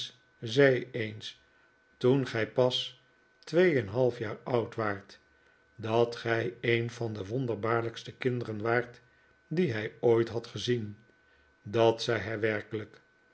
eens toen gij pas twee en een half jaar oud waart dat gij een van de wonderbaarlijkste kinderen waart die hij ooit had gezien dat zei hij werkelijk